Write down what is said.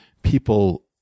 people